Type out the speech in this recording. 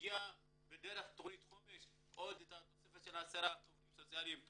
הגיעה דרך תכנית חומש תוספת של עשרה עובדים סוציאליים שהמשכנו.